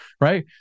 right